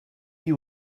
you